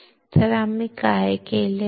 तर आम्ही काय केले आहे